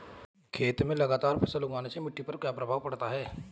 खेत में लगातार फसल उगाने से मिट्टी पर क्या प्रभाव पड़ता है?